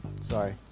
Sorry